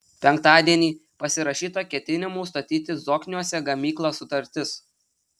penktadienį pasirašyta ketinimų statyti zokniuose gamyklą sutartis